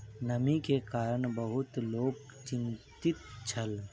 नमी के कारण बहुत लोक चिंतित छल